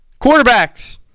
Quarterbacks